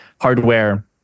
hardware